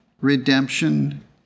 redemption